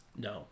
No